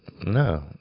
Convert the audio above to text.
No